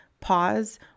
pause